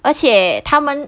而且他们